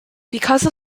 because